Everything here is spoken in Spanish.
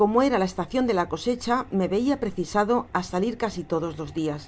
como era la estacion de la cosecha me veia precisado á salir casi todos los dias